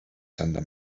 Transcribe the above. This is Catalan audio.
santa